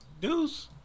Deuce